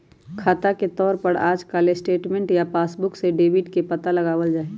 खाता के तौर पर आजकल स्टेटमेन्ट या पासबुक से डेबिट के पता लगावल जा हई